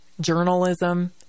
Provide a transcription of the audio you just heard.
journalism